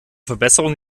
verbesserung